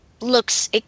looks